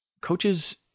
Coaches